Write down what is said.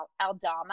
Aldama